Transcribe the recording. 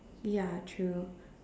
ya true